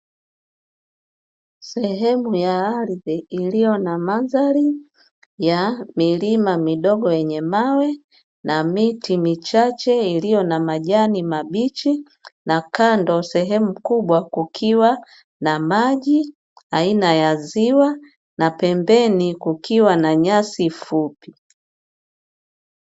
Sehemu ya ardhi iliyo na madhari ya milima midogo yenye mawe, na miti michache iliyo na majani mabichi, na kando sehemu kubwa kukiwa na maji aina ya ziwa, na pembeni kukiwa na nyasi fupi.